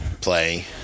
play